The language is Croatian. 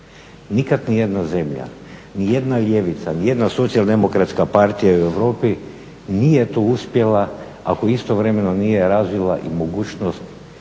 Nikad ni jedna zemlja, ni jedna ljevica, ni jedna socijaldemokratska partija u Europi nije to uspjela ako istovremeno nije razvila i mogućnost